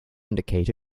indicate